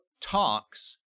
talks